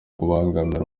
kubangamira